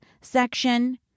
section